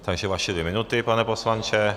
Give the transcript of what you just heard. Takže vaše dvě minuty, pane poslanče.